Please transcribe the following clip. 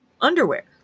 underwear